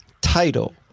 title